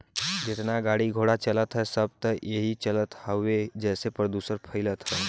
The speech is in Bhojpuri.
जेतना गाड़ी घोड़ा चलत हौ सब त एही से चलत हउवे जेसे प्रदुषण फइलत हौ